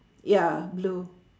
ya blue